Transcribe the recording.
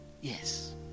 Yes